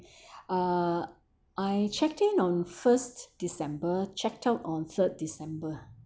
uh I checked in on first december checked out on third december